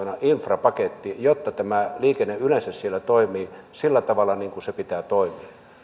infrapaketti jotta liikenne yleensä siellä toimii sillä tavalla niin kuin sen pitää toimia